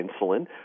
insulin